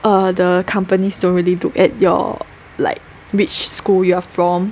ah the companies don't really look at your like which school you are from